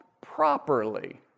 properly